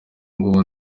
ngubu